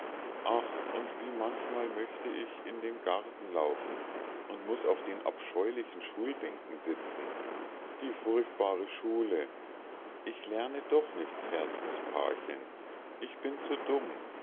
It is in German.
ach und wie manchmal möchte ich in den garten laufen und muß auf den abscheulichen schulbänken sitzen die furchtbare schule ich lerne doch nichts herzenspa'chen ich bin zu dumm